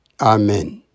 Amen